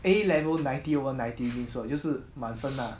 A level ninety over ninety means what 就是满分 lah